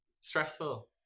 Stressful